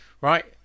Right